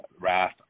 Wrath